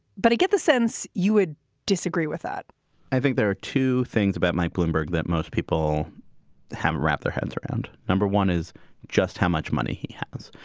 but i get the sense you would disagree with that i think there are two things about mike bloomberg that most people have wrap their heads around. number one is just how much money he has.